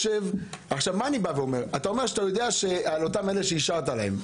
אתה אומר שאתה יודע על אותם אלה שאישרת להם.